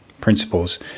principles